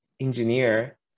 engineer